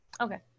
Okay